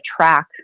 track